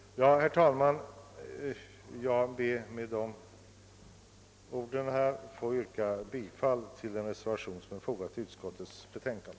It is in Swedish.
Herr talman! Med dessa ord ber jag att få yrka bifall till den reservation som är fogad till utskottets betänkande.